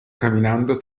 camminando